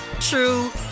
true